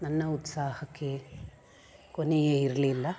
ನನ್ನ ಉತ್ಸಾಹಕ್ಕೆ ಕೊನೆಯೇ ಇರಲಿಲ್ಲ